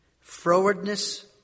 Frowardness